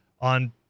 on